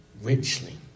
richly